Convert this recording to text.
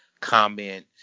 comment